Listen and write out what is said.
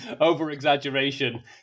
over-exaggeration